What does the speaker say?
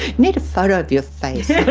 need a photo of your face yeah